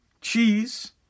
cheese